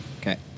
Okay